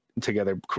together